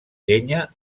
llenya